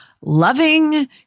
loving